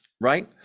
right